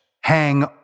hang